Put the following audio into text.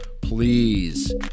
please